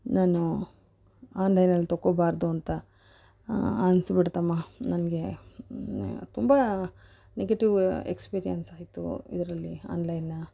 ನಾನು ಆನ್ಲೈನಲ್ಲಿ ತೊಗೊಳ್ಬಾರ್ದು ಅಂತ ಅನ್ನಿಸ್ಬಿಡ್ತಮ್ಮ ನನಗೆ ತುಂಬ ನೆಗೆಟಿವ್ ಎಕ್ಸ್ಪೀರಿಯೆನ್ಸ್ ಆಯಿತು ಇದರಲ್ಲಿ ಆನ್ಲೈನ್ನ